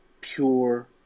pure